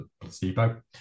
placebo